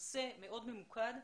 נושא מאוד ממוקד.